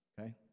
okay